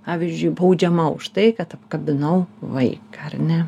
pavyzdžiui baudžiama už tai kad apkabinau vaiką ar ne